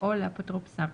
או לאפוטרופסם.